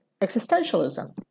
existentialism